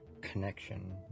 connection